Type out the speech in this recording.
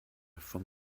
from